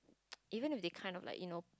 even if they kind of like you know